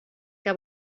que